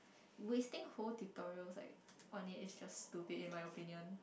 wasting whole tutorials like on it it just to be in my opinion